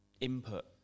input